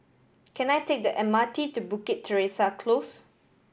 can I take the M R T to Bukit Teresa Close